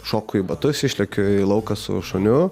šoku į batus išlekiu į lauką su šuniu